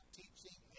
teaching